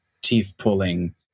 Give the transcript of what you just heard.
teeth-pulling